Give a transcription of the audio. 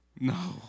No